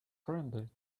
friendly